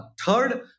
Third